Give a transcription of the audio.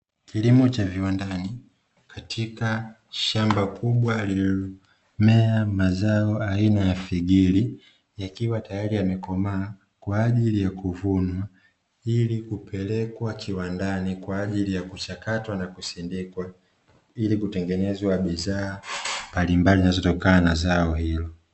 Kilimo cha viwandani katika shamba kubwa lililommea mazao aina ya figiri, yakiwa tayari yamekomaa kwa ajili ya kuvunwa ilikupelekwa kiwandani kwa ajili ya kuchakatwa na kusindikwa, ilikutengenezwa bidhaa mbalimbali ambazo zinazotokana na zao hilo.